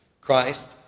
Christ